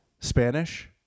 Spanish